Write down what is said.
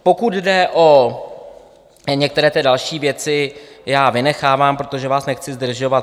Pokud jde o některé ty další věci, ty vynechávám, protože vás nechci zdržovat.